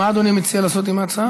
מה אדוני מציע לעשות עם ההצעה?